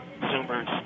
consumers